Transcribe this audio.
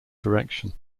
direction